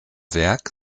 werk